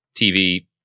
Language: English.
TV